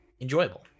enjoyable